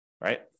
right